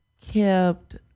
kept